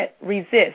resist